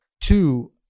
Two